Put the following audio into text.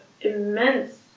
immense